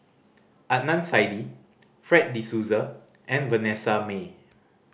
Adnan Saidi Fred De Souza and Vanessa Mae